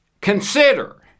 consider